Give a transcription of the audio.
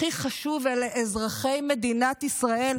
הכי חשוב אלה אזרחי מדינת ישראל,